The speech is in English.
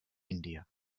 india